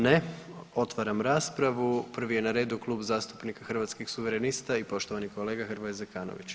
Ne, otvaram raspravu, prvi je na redu Klub zastupnika Hrvatskih suverenista i poštovani kolega Hrvoje Zekanović.